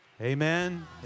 amen